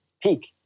peak